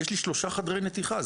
יש לי שלושה חדרי נתיחה,